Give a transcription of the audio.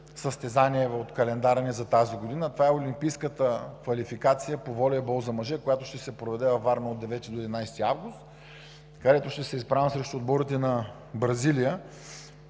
състезание в календара ни за тази година – това е Олимпийската квалификация по волейбол за мъже, която ще се проведе във Варна от 9-и до 11 август, където ще се изправим срещу отборите на Бразилия,